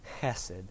hesed